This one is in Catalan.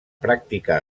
pràctica